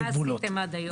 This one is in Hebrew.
מה עשיתם עד עכשיו?